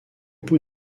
bout